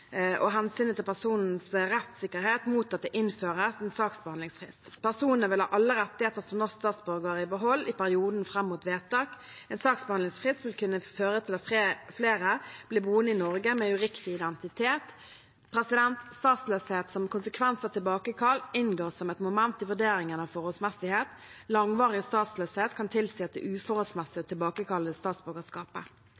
og hensynet til personens rettssikkerhet mot at det innføres en saksbehandlingsfrist. Personene vil ha alle rettigheter som norsk statsborger i behold i perioden fram mot vedtak. En saksbehandlingsfrist vil kunne føre til at flere blir boende i Norge med uriktig identitet. Statsløshet som konsekvens av tilbakekall inngår som et moment i vurderingen av forholdsmessighet. Langvarig statsløshet kan tilsi at det er uforholdsmessig